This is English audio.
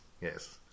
Yes